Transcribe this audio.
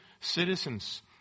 citizens